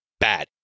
bad